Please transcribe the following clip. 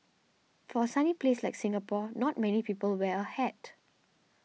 for a sunny place like Singapore not many people wear a hat